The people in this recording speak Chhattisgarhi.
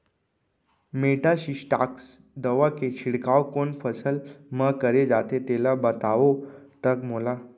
मेटासिस्टाक्स दवा के छिड़काव कोन फसल म करे जाथे तेला बताओ त मोला?